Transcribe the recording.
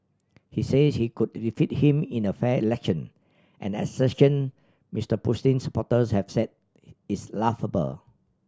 he says he could defeat him in a fair election an assertion Mister Putin's supporters have said is laughable